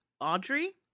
audrey